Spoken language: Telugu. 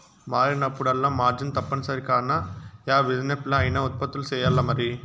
మారినప్పుడల్లా మార్జిన్ తప్పనిసరి కాన, యా బిజినెస్లా అయినా ఉత్పత్తులు సెయ్యాల్లమరి